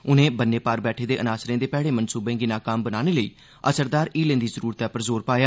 उनें बन्ने पार बैठे दे अनासरे दे भैड़े मन्सूबे गी नाकाम बनाने लेई असरदार हीलें दी जरूरतै पर जोर पाया